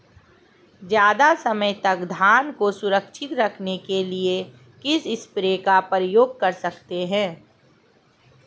ज़्यादा समय तक धान को सुरक्षित रखने के लिए किस स्प्रे का प्रयोग कर सकते हैं?